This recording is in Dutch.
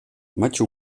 machu